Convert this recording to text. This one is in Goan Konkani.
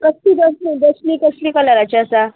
कसली बसली बसली कसली कलराची आसा